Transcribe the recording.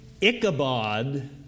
Ichabod